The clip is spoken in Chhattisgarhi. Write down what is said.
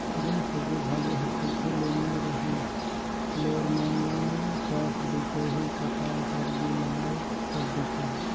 जेन सब्जी भाजी हर सुग्घर ले नी रही लोरमाल कस दिखही पताल हर गिलाल कस दिखही